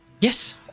yes